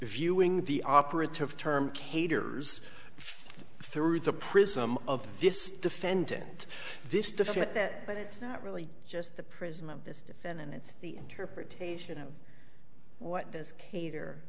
viewing the operative term caters through the prism of this defendant this defect that but it's not really just the prism of this defendant it's the interpretation of what does cater